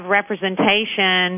representation